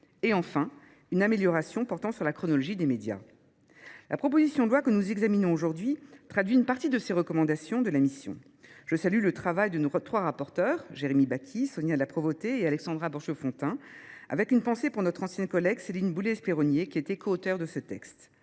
enfin, qu’une amélioration de la chronologie des médias. La proposition de loi que nous examinons aujourd’hui traduit une partie de ces recommandations. Je salue le travail de nos trois rapporteurs, Jérémy Bacchi, Sonia de La Provôté et Alexandra Borchio Fontimp, avec une pensée pour notre ancienne collègue Céline Boulay Espéronnier, qui était coauteure de ce texte.